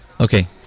Okay